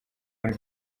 muri